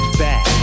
back